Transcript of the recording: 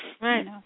right